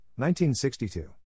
1962